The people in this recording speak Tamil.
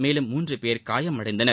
மேலும் மூன்று பேர் காயமடைந்தனர்